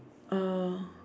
uh